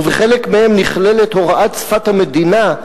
ובחלק מהן נכללת הוראת שפת המדינה,